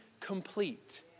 complete